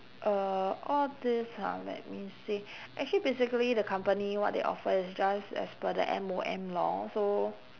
uh all this ha let me see actually basically the company what they offer is just as per the M_O_M law so